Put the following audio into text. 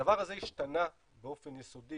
הדבר הזה השתנה באופן יסודי